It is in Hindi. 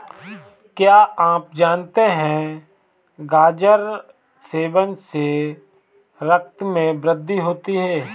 क्या आप जानते है गाजर सेवन से रक्त में वृद्धि होती है?